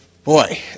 Boy